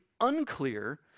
unclear